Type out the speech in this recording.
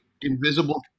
Invisible